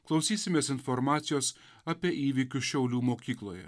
klausysimės informacijos apie įvykius šiaulių mokykloje